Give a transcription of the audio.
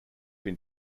been